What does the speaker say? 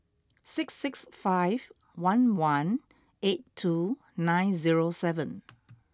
six six five one one eight two nine zero seven